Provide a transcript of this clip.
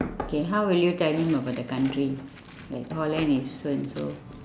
okay how will you tell him about the country like holland is so and so